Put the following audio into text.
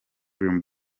dream